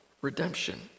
redemption